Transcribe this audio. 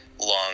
long